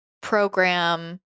program